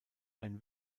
ein